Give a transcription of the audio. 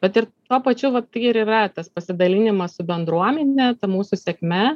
bet ir tuo pačiu vat ir yra tas pasidalinimas su bendruomene ta mūsų sėkme